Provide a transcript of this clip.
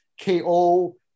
KO